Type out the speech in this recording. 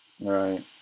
Right